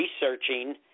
researching